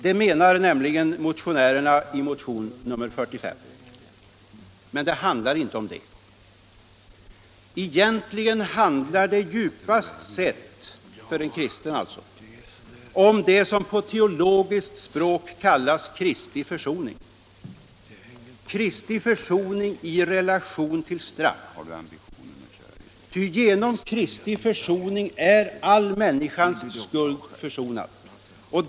Det menar motionärerna i motionen 1975/76:45. Men det handlar inte om det. Egentligen handlar det djupast sett — för en kristen alltså — om det som på teologiskt språk kallas Kristi försoning. Kristi försoning i relation till straff. Ty genom Kristi försoning är all människans skuld försonad.